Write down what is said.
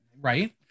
right